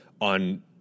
on